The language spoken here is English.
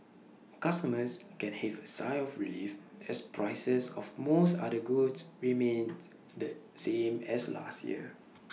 customers can heave A sigh of relief as prices of most other goods remained the same as last year's